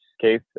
case